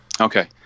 Okay